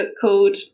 called